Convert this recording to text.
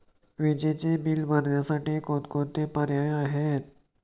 विजेचे बिल भरण्यासाठी कोणकोणते पर्याय आहेत?